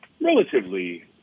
relatively